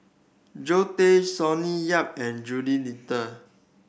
Zoe Tay Sonny Yap and Jules Itier